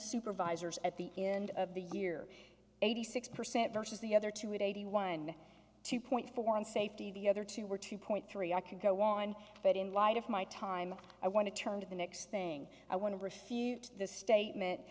supervisors at the end of the year eighty six percent versus the other two hundred eighty one two point four in safety the other two were two point three i could go on but in light of my time i want to turn to the next thing i want to refute the statement